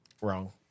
Wrong